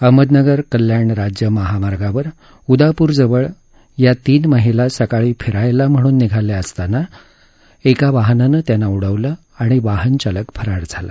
अहमदनगर कल्याण राज्य महामार्गावर उदापूरजवळ या तीन महिला सकाळी फिरण्यासाठी म्हणून निघाल्या असताना एका वाहनानं त्यांना उडवलं आणि वाहन चालक फरार झाला